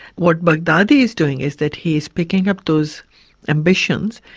what baghdadi is doing is that he's picking up those ambitions,